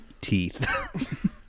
teeth